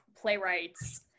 playwrights